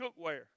cookware